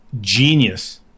genius